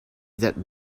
that